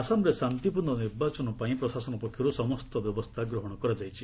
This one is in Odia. ଆସାମରେ ଶାନ୍ତିପୂର୍ଣ୍ଣ ନିର୍ବାଚନ ପାଇଁ ପ୍ରଶାସନ ପକ୍ଷର୍ ସମସ୍ତ ବ୍ୟବସ୍ଥା ଗ୍ରହଣ କରାଯାଇଛି